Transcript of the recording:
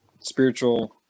spiritual